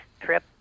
trip